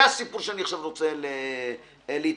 בזה אני רוצה להתמקד.